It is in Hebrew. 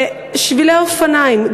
שבילי אופניים,